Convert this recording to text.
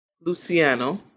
Luciano